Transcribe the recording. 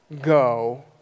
Go